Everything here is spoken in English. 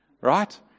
right